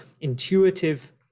intuitive